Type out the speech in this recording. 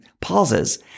pauses